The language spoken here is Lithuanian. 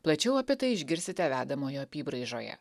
plačiau apie tai išgirsite vedamojo apybraižoje